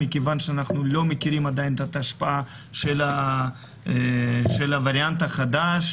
מכיוון שאנחנו לא מכירים עדיין את ההשפעה של הווריאנט החדש,